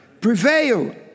prevail